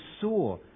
saw